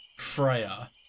freya